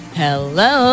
hello